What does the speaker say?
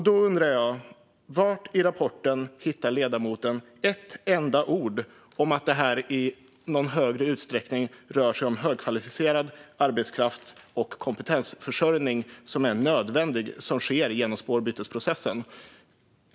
Då undrar jag var i rapporten ledamoten hittar ett enda ord om att det i någon högre utsträckning rör sig om högkvalificerad arbetskraft och att det är den kompetensförsörjning som är nödvändig som sker genom spårbytesprocessen.